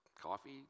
coffee